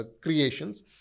creations